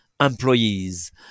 employees